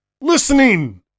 listening